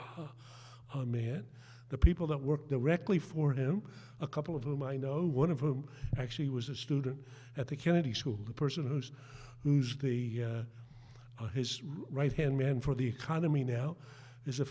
i mean the people that work directly for him a couple of them i know one of whom actually was a student at the kennedy school the person who's who's the on his right hand man for the economy now is a